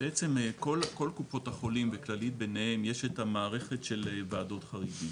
בעצם לכל הקופות החולים וכללית ביניהן יש את המערכת של וועדות חריגים,